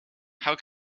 how